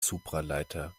supraleiter